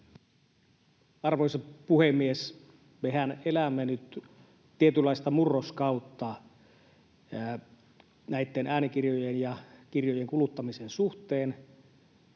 Arvoisa puhemies! Mehän elämme nyt tietynlaista murroskautta äänikirjojen ja kirjojen kuluttamisen suhteen.